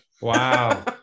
wow